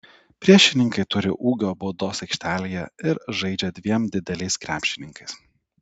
priešininkai turi ūgio baudos aikštelėje ir žaidžia dviem dideliais krepšininkais